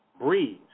Breeze